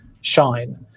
shine